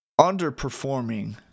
underperforming